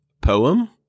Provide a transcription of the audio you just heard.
poem